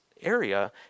area